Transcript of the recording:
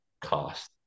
cost